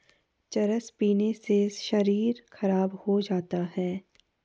चरस पीने से शरीर खराब हो जाता है